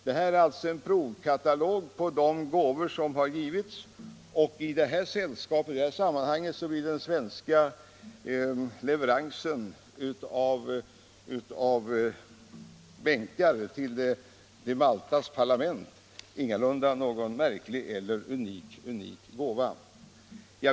Detta är alltså en provkatalog på de gåvor som givits, och i det här sammanhanget blir den svenska leveransen av bänkar till Maltas parlament ingalunda någon märklig eller unik gåva.